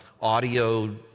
audio